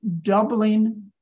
doubling